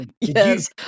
yes